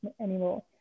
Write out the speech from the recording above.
anymore